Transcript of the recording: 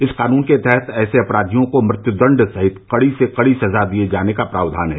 इस कानून के तहत ऐसे अपराधियों को मृत्युदंड सहित कड़ी से कड़ी सजा दिए जाने का प्रावधान है